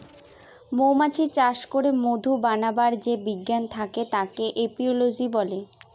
মৌমাছি চাষ করে মধু বানাবার যে বিজ্ঞান থাকে তাকে এপিওলোজি বলে